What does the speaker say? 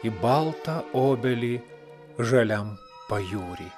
į baltą obelį žaliam pajūry